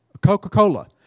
Coca-Cola